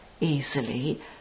easily